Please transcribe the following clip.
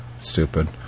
stupid